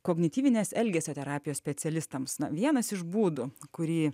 kognityvinės elgesio terapijos specialistams na vienas iš būdų kurį